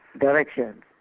directions